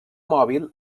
mòbil